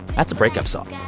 that's a breakup song.